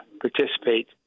participate